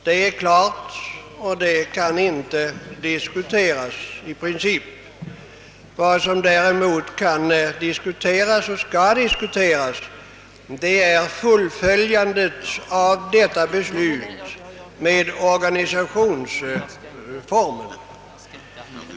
Det är klart och kan i princip inte diskuteras. Vad som däremot kan och skall diskuteras är fullföljandet av detta beslut med organisationsformerna.